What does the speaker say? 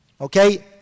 Okay